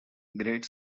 great